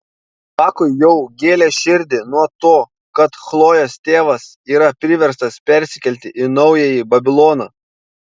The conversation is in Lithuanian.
bakui jau gėlė širdį nuo to kad chlojės tėvas yra priverstas persikelti į naująjį babiloną